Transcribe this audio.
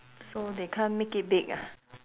so they can't make it big ah